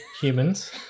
humans